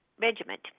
Regiment